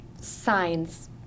signs